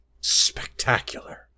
Spectacular